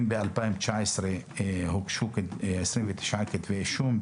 אם ב-2019 הוגשו 29 כתבי אישום,